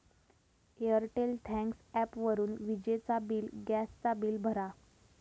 Airtel thanks ॲपवरून विजेचा bill, gas चा बिल भरा